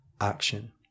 action